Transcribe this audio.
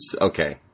okay